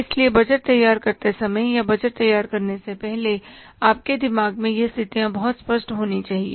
इसलिए बजट तैयार करते समय या बजट तैयार करने से पहले आपके दिमाग में यह स्थितियाँ बहुत स्पष्ट होनी चाहिए